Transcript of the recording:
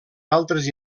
altres